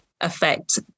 affect